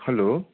hello